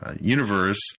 universe